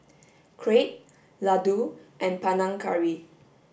crepe Ladoo and Panang Curry